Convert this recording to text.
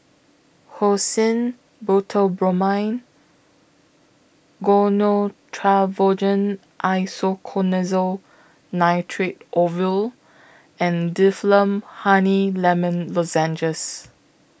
Hyoscine Butylbromide Gyno Travogen Isoconazole Nitrate Ovule and Difflam Honey Lemon Lozenges